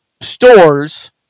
stores